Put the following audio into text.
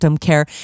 Care